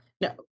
No